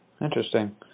Interesting